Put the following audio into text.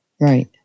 Right